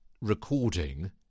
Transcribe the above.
recording